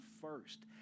first